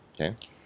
Okay